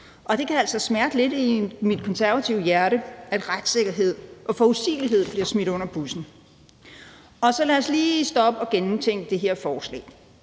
det kan altså smerte mig lidt i mit konservative hjerte, at retssikkerhed og forudsigelighed bliver smidt under bussen. Og så lad os lige stoppe og gennemtænke det her lovforslag.